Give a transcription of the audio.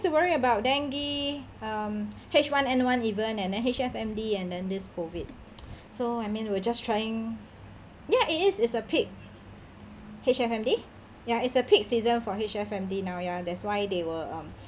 to worry about dengue um H_one_N_one even and then H_F_M_D and then this COVID so I mean we're just trying ya it is it's a peak H_F_M_D ya it's a peak season for H_F_M_D now that's why they were um